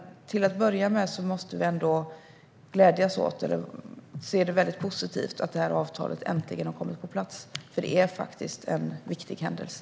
Till att börja med måste vi ändå glädjas åt och se det som positivt att avtalet äntligen har kommit på plats, för det är en viktig händelse.